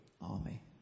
army